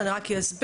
אני רק אסביר,